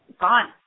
gone